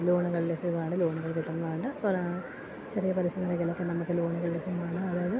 ലോണുകൾ ലഭ്യമാണ് ലോണുകൾ കിട്ടുന്നതാണ് അ ചെറിയ പലിശ മേഖലയിലൊക്കെ നമുക്ക് ലോണുകൾ ലഭ്യമാണ് അതായത്